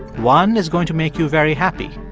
one is going to make you very happy.